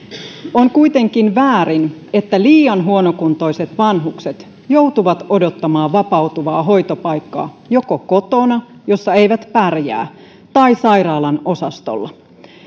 on kuitenkin väärin että liian huonokuntoiset vanhukset joutuvat odottamaan vapautuvaa hoitopaikkaa joko kotona jossa he eivät pärjää tai sairaalan osastolla